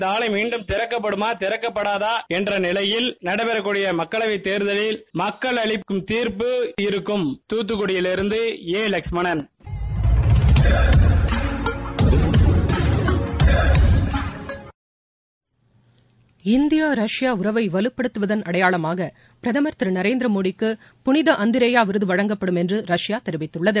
இந்த ஆலை மீண்டும் திறக்கப்படுமா திறக்கப்படாதா என்ற நிலையில் நடைபெறக்கடிய மக்களவைத் தேர்தலில் மக்கள் அளிக்கும் தீர்ப்பு இருக்கும் துத்தக்குடியிலிருந்து ஏ லஷ்மணன் இந்தியா ரஷ்யா உறவை வலுப்படுத்துவதன் அடையாளமாக பிரதமர் திரு நரேந்திர மோடிக்கு புனித அந்திரேயா விருது வழங்கப்படும் என்று ரஷ்யா தெரிவித்துள்ளது